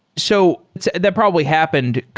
so that probably happened,